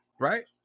Right